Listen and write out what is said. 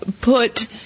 put